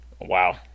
wow